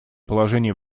положение